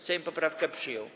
Sejm poprawkę przyjął.